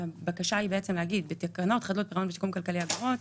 והבקשה היא להגיד כך: בתקנות חדלות פירעון ושיקום כלכלי אגרות,